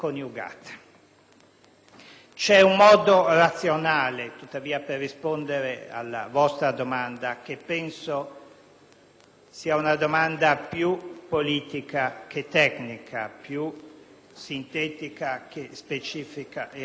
C'è un modo razionale, tuttavia, per rispondere alla vostra domanda, che penso sia una domanda più politica che tecnica, più sintetica che specifica e analitica,